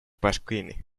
pasquini